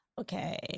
Okay